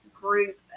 group